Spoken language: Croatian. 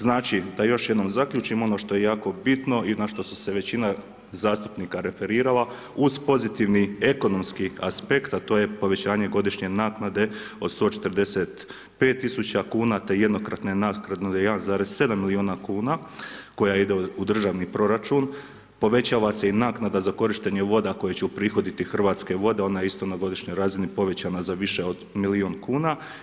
Znači, da još jednom zaključim ono što je jako bitno i na što se većina zastupnika referirala uz pozitivni ekonomski aspekt, a to je povećanje godišnje naknade od 145 tisuća kuna, te jednokratne naknade 1,7 milijuna kuna koja ide u državni proračun, povećava se i naknada za korištenje voda koje će uprihodit Hrvatske vode, ona je isto na godišnjoj razini povećana za više od milijun kuna.